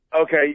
Okay